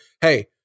hey